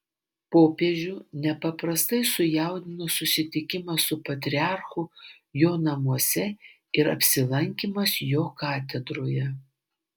popiežių nepaprastai sujaudino susitikimas su patriarchu jo namuose ir apsilankymas jo katedroje